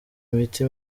imiti